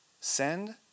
send